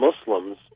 Muslims